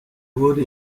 wurde